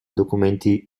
documenti